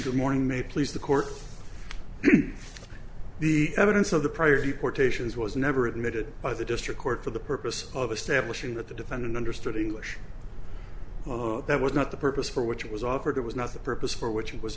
good morning may please the court the evidence of the prior deportations was never admitted by the district court for the purpose of establishing that the defendant understood english that was not the purpose for which it was offered it was not the purpose for which